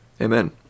Amen